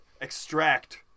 extract